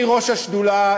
אני ראש השדולה,